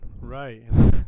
Right